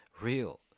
real